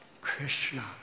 Krishna